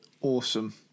Awesome